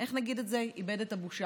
איך נגיד את זה, איבד את הבושה.